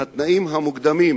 והתנאים המוקדמים